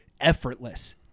effortless